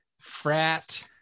frat